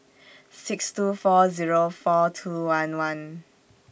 six two four Zero four two one one